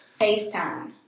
FaceTime